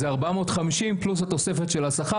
זה 450 פלוס התוספת של השכר,